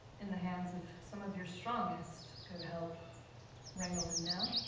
in the hands of some of your strongest, could help wrangle him down.